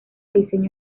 diseño